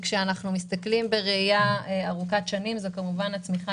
כשאנחנו מסתכלים בראייה ארוכת שנים זה כמובן הצמיחה